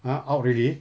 ah out already